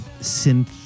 synth